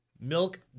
Milk